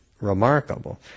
remarkable